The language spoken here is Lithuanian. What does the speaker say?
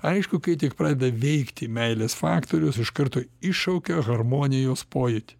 aišku kai tik pradeda veikti meilės faktorius iš karto iššaukia harmonijos pojūtį